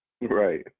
Right